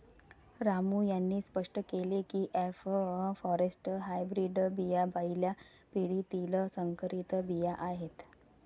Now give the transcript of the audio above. रामू यांनी स्पष्ट केले की एफ फॉरेस्ट हायब्रीड बिया पहिल्या पिढीतील संकरित बिया आहेत